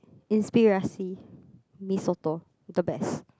Inspirasi mee sot the best